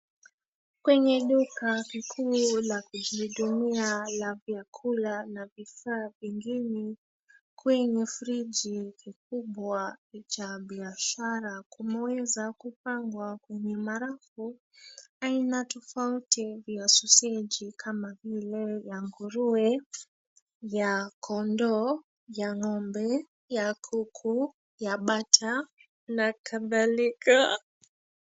Kwenye duka kikuu la kujihudumia la kukula na vifaa vingine. Kwenye friji kikubwa cha biashara kumeweza kupangwa kwenye barafu aina tofauti ya soseji kama vile ya nguruwe, ya kondoo, ya ngombe, ya kuku, ya bata na kadhalika.